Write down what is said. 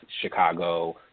Chicago